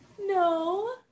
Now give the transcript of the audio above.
No